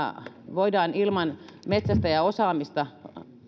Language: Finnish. voidaan ilman metsästäjäosaamista